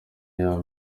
iya